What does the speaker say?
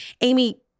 Amy